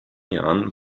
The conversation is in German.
jahren